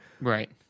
Right